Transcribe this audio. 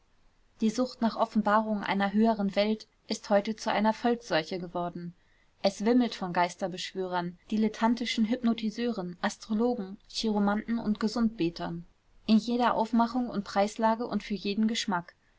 die sucht nach offenbarungen einer höheren welt ist heute zu einer volksseuche geworden es wimmelt von geisterbeschwörern dilettantischen hypnotiseuren astrologen chiromanten und gesundbetern in jeder aufmachung und preislage und für jeden geschmack